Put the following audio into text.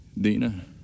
Dina